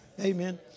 Amen